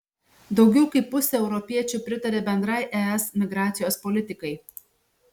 daugiau kaip pusė europiečių pritaria bendrai es migracijos politikai